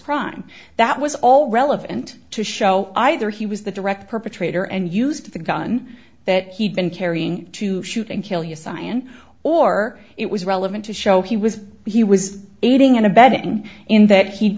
crime that was all relevant to show either he was the direct perpetrator and used the gun that he'd been carrying to shoot and kill you sayan or it was relevant to show he was he was aiding and abetting in that he